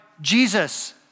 Jesus